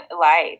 life